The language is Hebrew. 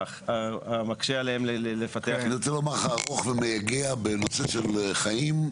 מקשה עליהם לפתח --- אני רוצה לומר ארוך ומייגע בנושא של חיים,